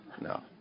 No